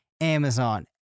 Amazon